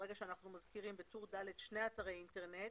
ברגע שאנחנו מזכירים בטור ד' שני אתרי אינטרנט,